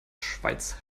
schweiz